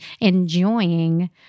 enjoying